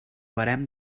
barem